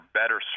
better